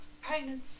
Pregnancy